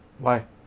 why